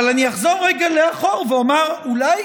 אבל אני אחזור רגע לאחור ואומר, אולי